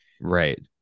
right